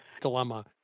dilemma